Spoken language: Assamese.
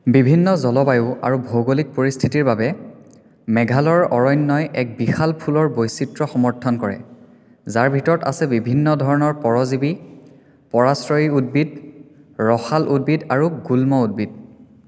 বিভিন্ন জলবায়ু আৰু ভৌগোলিক পৰিস্থিতিৰ বাবে মেঘালয়ৰ অৰণ্যই এক বিশাল ফুলৰ বৈচিত্ৰ্য সমৰ্থন কৰে যাৰ ভিতৰত আছে বিভিন্ন ধৰণৰ পৰজীৱী পৰাশ্ৰয়ী উদ্ভিদ ৰসাল উদ্ভিদ আৰু গুল্ম উদ্ভিদ